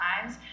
times